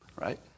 right